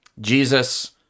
Jesus